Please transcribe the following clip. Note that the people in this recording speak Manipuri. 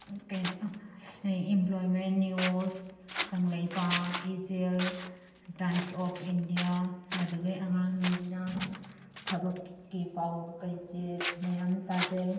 ꯀꯩꯅꯣ ꯑꯦꯝꯄ꯭ꯂꯣꯏꯃꯦꯟ ꯅ꯭ꯌꯨꯖ ꯀꯪꯂꯩꯄꯥꯛ ꯏꯆꯦꯜ ꯇꯥꯏꯝꯁ ꯑꯣꯐ ꯏꯟꯗꯤꯌꯥ ꯃꯗꯨꯗꯩ ꯑꯉꯥꯡꯁꯤꯡꯁꯤꯅ ꯊꯕꯛꯀꯤ ꯄꯥꯎ ꯀꯩꯀꯩ ꯃꯌꯥꯝꯃ ꯇꯥꯖꯩ